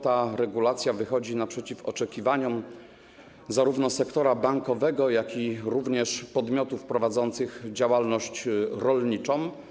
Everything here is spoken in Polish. Ta regulacja wychodzi naprzeciw oczekiwaniom zarówno sektora bankowego, jak i podmiotów prowadzących działalność rolniczą.